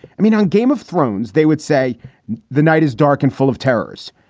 i mean, on game of thrones, they would say the night is dark and full of terrors.